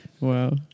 Wow